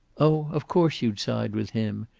oh, of course you'd side with him.